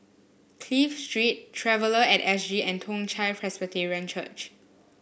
Clive Street Traveller at S G and Toong Chai Presbyterian Church